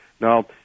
Now